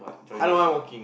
I don't mind working